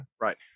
Right